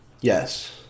yes